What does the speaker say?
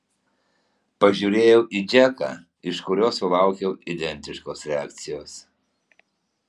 pažiūrėjau į džeką iš kurio sulaukiau identiškos reakcijos